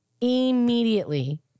immediately